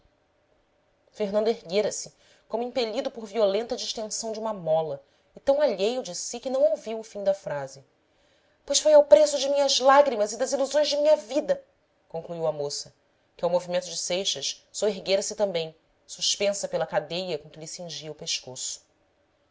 caro fernando erguera-se como impelido por violenta distensão de uma mola e tão alheio de si que não ouviu o fim da frase pois foi ao preço de minhas lágrimas e das ilusões de minha vida concluiu a moça que ao movimento de seixas soerguera se também suspensa pela cadeia com que lhe cingia o pescoço